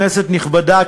כנסת נכבדה,